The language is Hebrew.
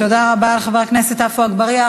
תודה רבה לחבר הכנסת עפו אגבאריה.